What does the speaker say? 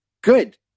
good